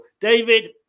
david